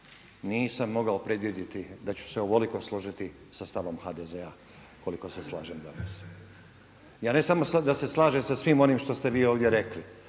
nisam mogao predvidjeti da ću se ovoliko složiti sa stavom HDZ-a koliko se slažem danas. Ja ne samo da se slažem sa svim onim što ste vi ovdje rekli,